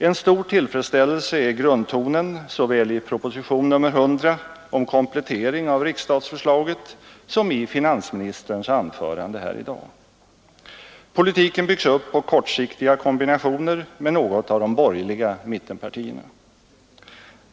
En stor tillfredsställelse är grundtonen såväl i proposition nr 100 om komplettering av riksstatsförslaget som i finansministerns anförande här i dag. Politiken byggs upp på kortsiktiga kombinationer med något av de borgerliga mittenpartierna.